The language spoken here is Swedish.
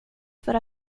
för